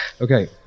Okay